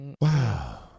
Wow